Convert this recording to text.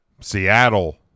Seattle